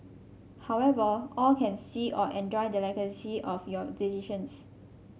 however all can see or enjoy the legacy of your decisions